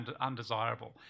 undesirable